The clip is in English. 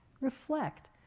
reflect